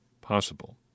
possible